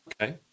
okay